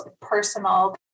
personal